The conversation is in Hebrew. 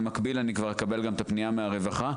ובמקביל אני כבר אקבל גם את הפנייה מהרווחה,